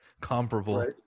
Comparable